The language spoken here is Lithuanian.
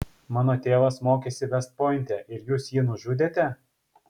mano tėvas mokėsi vest pointe ir jūs jį nužudėte